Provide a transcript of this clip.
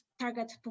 target